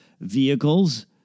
vehicles